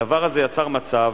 הדבר הזה יצר מצב